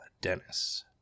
Dennis